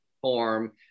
form